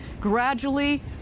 gradually